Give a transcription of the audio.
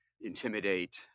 intimidate